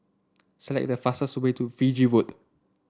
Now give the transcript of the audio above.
select the fastest way to Fiji Road